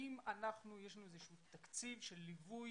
האם יש לנו איזשהו תקציב של ליווי